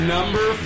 Number